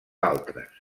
altres